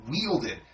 wielded